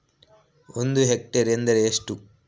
ಒಂದು ಹೆಕ್ಟೇರ್ ಎಂದರೆ ಎಷ್ಟು?